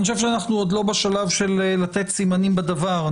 אני חושב שאנו לא בשלב של לתת סימנים בדבר.